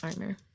armor